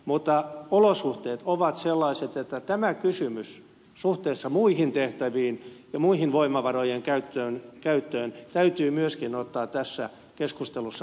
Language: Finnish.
mutta olosuhteet ovat sellaiset että tämä kysymys suhteessa muihin tehtäviin ja voimavarojen muuhun käyttöön täytyy myöskin ottaa tässä keskustelussa huomioon